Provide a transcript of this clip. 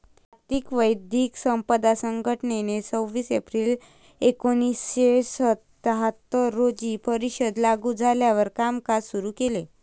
जागतिक बौद्धिक संपदा संघटनेने सव्वीस एप्रिल एकोणीसशे सत्याहत्तर रोजी परिषद लागू झाल्यावर कामकाज सुरू केले